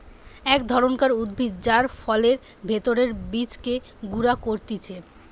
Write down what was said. এক ধরণকার উদ্ভিদ যার ফলের ভেতরের বীজকে গুঁড়া করতিছে